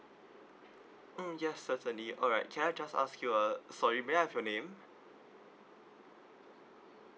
mm ya certainly alright can I just ask you are sorry may I have your name